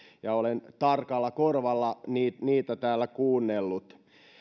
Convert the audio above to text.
ja olen tarkalla korvalla niitä niitä täällä kuunnellut